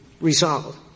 resolved